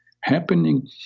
happening